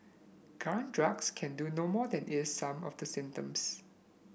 current drugs can do no more than ease some of the symptoms